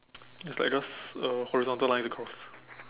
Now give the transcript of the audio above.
it's like just a horizontal line across